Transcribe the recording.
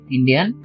Indian